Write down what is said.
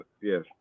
yes